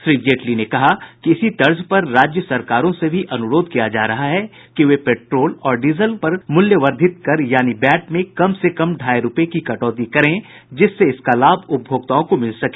श्री जेटली ने कहा कि इसी तर्ज पर राज्य सरकारों से भी अनुरोध किया जा रहा है कि वे पेट्रोल और डीजल पर मूल्य वर्धित कर यानि वैट में कम से कम ढाई रुपये की कटौती करें जिससे इसका लाभ उपभोक्ताओं को मिल सके